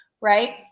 right